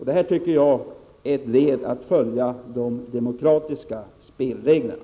Det tycker jag är att följa de demokratiska spelreglerna.